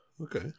Okay